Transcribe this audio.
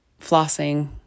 flossing